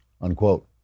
Unquote